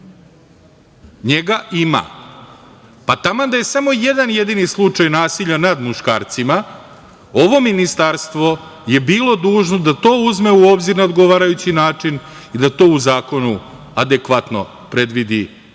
Njega ima, pa taman da je samo jedan jedini slučaj nasilja nad muškarcima, ovo ministarstvo je bilo dužno da to uzme u obzir na odgovarajući način i da to u zakonu adekvatno predvidi i predloži